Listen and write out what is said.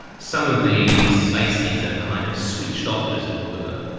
some of these spaces are kind of switched off, as it were.